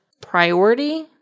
priority